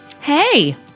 Hey